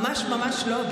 ממש ממש לא,